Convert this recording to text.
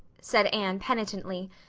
said anne penitently.